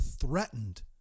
threatened